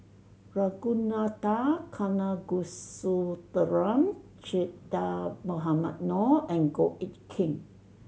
Ragunathar Kanagasuntheram Che Dah Mohamed Noor and Goh Eck Kheng